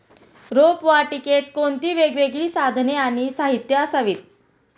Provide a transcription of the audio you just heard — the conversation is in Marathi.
रोपवाटिकेत कोणती वेगवेगळी साधने आणि साहित्य असावीत?